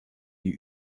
die